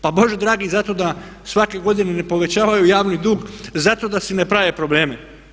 Pa Bože dragi zato da svake godine ne povećavaju javni dug zato da si ne prave probleme.